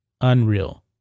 Unreal